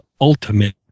Ultimate